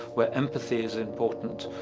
where empathy is important,